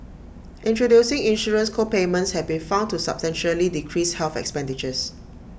introducing insurance co payments have been found to substantially decrease health expenditures